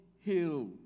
Hill